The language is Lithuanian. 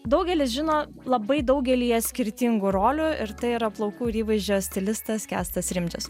daugelis žino labai daugelyje skirtingų rolių ir tai yra plaukų ir įvaizdžio stilistas kęstas rimdžius